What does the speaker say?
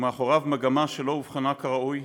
ומאחוריו מגמה שלא אובחנה כראוי,